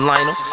Lionel